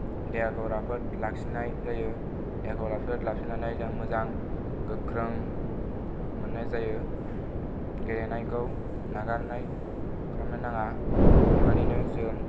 देहाखौ राफोद लाखिनाय जायो देहाखौ राफोद लाखिनानै जों मोजां गोख्रों मोननाय जायो गेलेनायखौ नागारनाय खालामनो नाङा बेबायदिनो जों